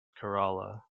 kerala